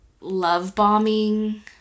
love-bombing